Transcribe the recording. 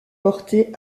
portée